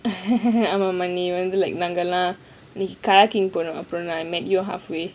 ஆமா ஆமா நாங்க எல்லாம் போனோம் அப்புறம்:aaama aaama naanga ellam ponom apram I met you halfway